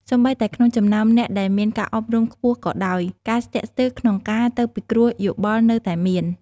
សូម្បីតែក្នុងចំណោមអ្នកដែលមានការអប់រំខ្ពស់ក៏ដោយ ការស្ទាក់ស្ទើរក្នុងការទៅពិគ្រោះយោបល់នៅតែមាន។